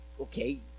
okay